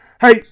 hey